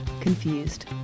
confused